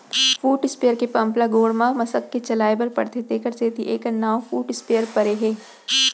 foot sprayer के pump ल गोड़ म मसक के चलाए बर परथे तेकर सेती एकर नांव फुट स्पेयर परे हे